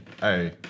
Hey